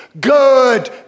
good